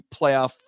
playoff